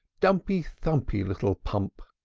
dumpy, thumpy, little pump!